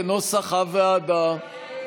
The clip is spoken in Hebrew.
כנוסח הוועדה.